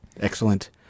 Excellent